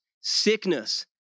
sickness